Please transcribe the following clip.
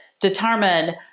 determine